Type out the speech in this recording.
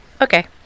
okay